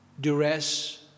duress